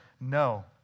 No